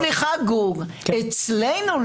אצלנו,